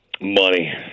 Money